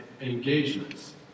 engagements